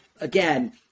again